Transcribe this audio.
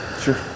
sure